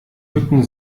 mücken